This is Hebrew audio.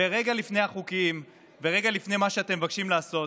ורגע לפני החוקים ורגע לפני מה שאתם מבקשים לעשות,